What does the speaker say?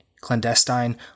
clandestine